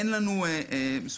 אין משהו מסודר.